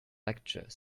lecture